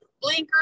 blinker